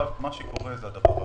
מה שקורה הוא הדבר הבא: